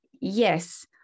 yes